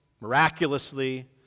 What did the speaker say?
miraculously